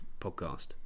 podcast